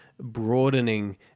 broadening